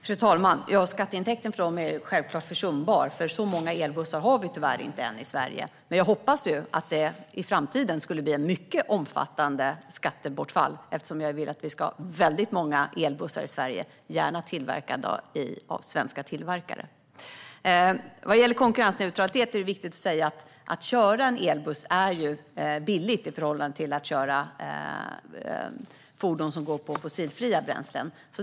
Fru talman! Skatteintäkten är självklart försumbar, för så många elbussar har vi tyvärr inte i Sverige än. Jag hoppas dock att det i framtiden ska bli ett mycket omfattande skattebortfall, eftersom jag vill att vi ska ha väldigt många elbussar i Sverige - gärna tillverkade av svenska tillverkare. Vad gäller konkurrensneutralitet är det viktigt att säga att det är billigt att köra en elbuss i förhållande till att köra fordon som går på fossila bränslen.